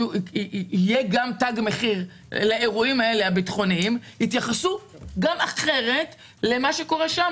שברגע שיהיה תג מחיר לאירועים הביטחוניים יתייחסו אחרת גם למה שקורה שם.